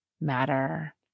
matter